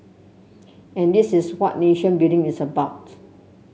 and this is what nation building is about